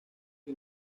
que